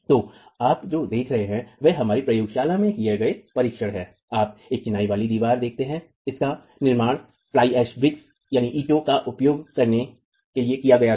तो आप जो देख रहे हैं वह हमारी प्रयोगशाला में किए गए परीक्षण हैं आप एक चिनाई वाली दीवार देखते हैं इसका निर्माण फ्लाई ऐश ईंटों का उपयोग करके किया गया था